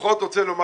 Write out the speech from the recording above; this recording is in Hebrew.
בכל זאת רוצה לומר